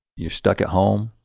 you're stuck at home.